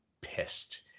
pissed